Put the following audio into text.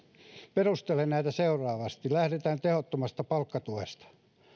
perustelen näitä seuraavasti lähdetään tehottomasta palkkatuesta